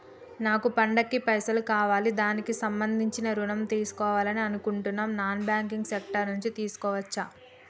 నాకు పండగ కి పైసలు కావాలి దానికి సంబంధించి ఋణం తీసుకోవాలని అనుకుంటున్నం నాన్ బ్యాంకింగ్ సెక్టార్ నుంచి తీసుకోవచ్చా?